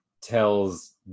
tells